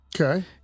Okay